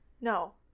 No